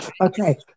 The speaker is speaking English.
Okay